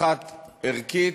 אחת ערכית,